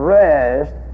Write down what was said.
rest